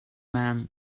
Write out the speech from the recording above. man